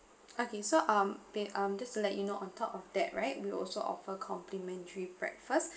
okay so um bin~ I'm just let you know on top of that right we'll also offer complimentary breakfast